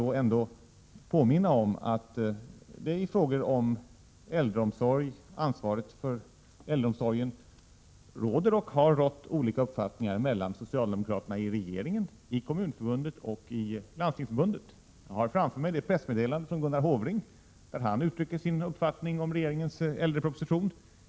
Låt mig påminna om att det i frågan om ansvaret för äldreomsorgen råder och har rått olika uppfattningar mellan socialdemokraterna i regeringen, i Kommunförbundet och i Landstingsförbundet. Jag har framför mig det pressmeddelande från Gunnar Hofring där han uttrycker sin uppfattning om regeringens äldreproposition.